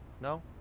No